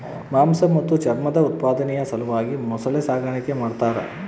ಮಾಂಸ ಮತ್ತು ಚರ್ಮದ ಉತ್ಪಾದನೆಯ ಸಲುವಾಗಿ ಮೊಸಳೆ ಸಾಗಾಣಿಕೆ ಮಾಡ್ತಾರ